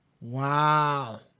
Wow